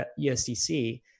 USDC